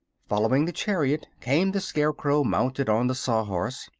following the chariot came the scarecrow mounted on the sawhorse,